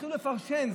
התחילו לפרשן.